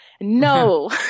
No